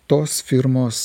tos firmos